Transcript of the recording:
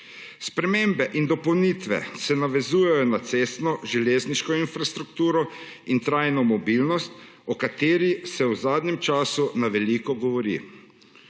Spremembe in dopolnitve se navezujejo na cestno, železniško infrastrukturo in trajno mobilnost, o kateri se v zadnjem času na veliko govori.